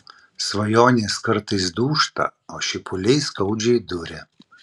svajonės kartais dūžta o šipuliai skaudžiai duria